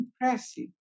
Impressive